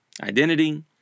identity